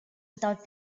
without